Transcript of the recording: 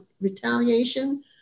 retaliation